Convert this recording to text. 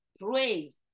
praise